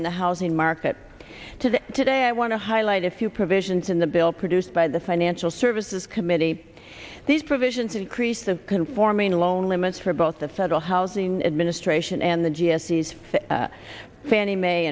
and the housing market today today i want to highlight a few provisions in the bill produced by the financial services committee these provisions increase the conforming loan limits for both the federal housing administration and the